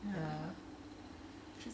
ya